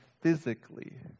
physically